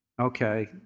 Okay